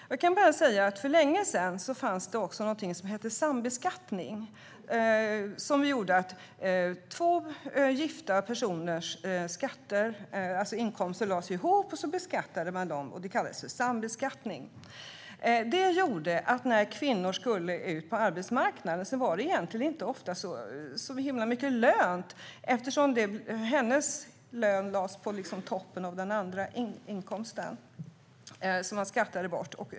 Jag kan bara säga att det för länge sedan fanns någonting som hette sambeskattning. Två gifta personers inkomster lades ihop, och så beskattade man dem. När en kvinna skulle ut på arbetsmarknaden var det därmed ofta inte så himla mycket lönt, eftersom hennes lön lades på toppen av den andra inkomsten och skattades bort.